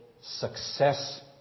success